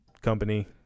company